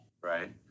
Right